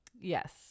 Yes